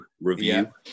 review